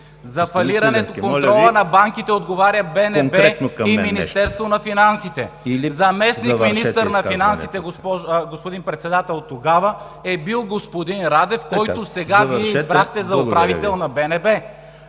За контрола на банките отговаря БНБ и Министерството на финансите. Тогава заместник-министър на финансите, господин Председател, е бил господин Радев, който сега Вие избрахте за управител на БНБ.